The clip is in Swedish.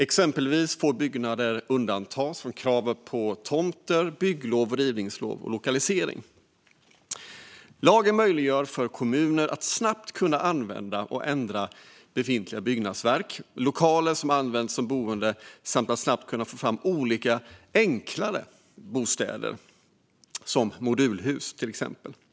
Exempelvis får byggnader undantas från krav på tomter, bygglov, rivningslov och lokalisering. Lagen möjliggör för kommuner att snabbt kunna använda och ändra befintliga byggnadsverk och lokaler som kan användas som boenden samt att snabbt kunna få fram olika enklare bostäder, som till exempel modulhus.